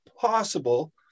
possible